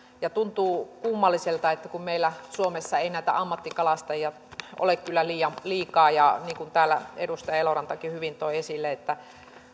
tuntuu kummalliselta että kun kun meillä suomessa ei näitä ammattikalastajia ole kyllä liikaa ja niin kuin täällä edustaja elorantakin hyvin toi esille